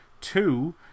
two